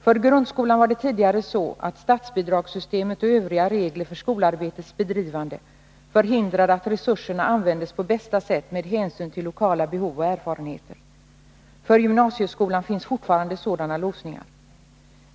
För grundskolan var det tidigare så att statsbidragssystemet och övriga regler för skolarbetets bedrivande förhindrade att resurserna användes på bästa sätt med hänsyn till lokala behov och erfarenheter. För gymnasieskolan finns fortfarande sådana låsningar.